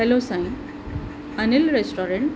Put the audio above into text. हलो Sain Anil restaurant